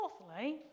Fourthly